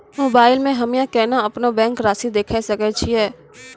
Mobile मे हम्मय केना अपनो बैंक रासि देखय सकय छियै?